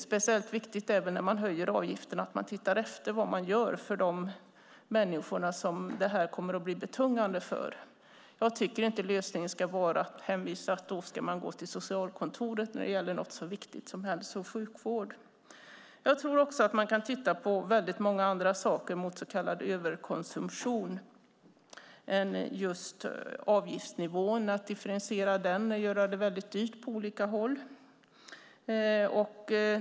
Speciellt viktigt vid höjning av avgifterna är att titta efter vad man gör för de människor som det kommer att bli betungande för. Jag tycker inte att lösningen ska vara att hänvisa till socialkontoret när det gäller något så viktigt som hälso och sjukvård. Jag tycker också att man kan titta på mycket annat mot så kallad överkonsumtion än just avgiftsnivåerna, att differentiera dem och göra det dyrt på olika håll.